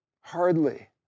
hardly